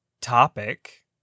topic